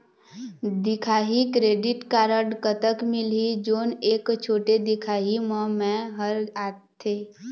दिखाही credit card कतक मिलही जोन एक छोटे दिखाही म मैं हर आथे?